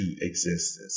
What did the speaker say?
existence